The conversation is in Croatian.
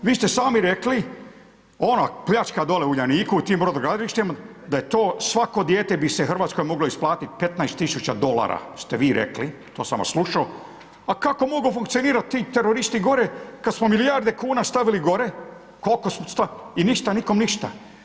Vi ste sami rekli ona pljačka dolje u Uljaniku i tim brodogradilištem, da je to svako dijete bi se Hrvatskoj moglo isplatiti 15 000 dolara, ste vi rekli, to sam vas slušao, a kako mogu funkcionirati ti teroristi gore kad smo milijarde kuna stavili gore, koliko, šta, i ništa, nikom ništa.